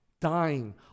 dying